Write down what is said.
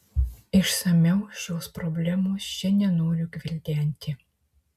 išsamiau šios problemos čia nenoriu gvildenti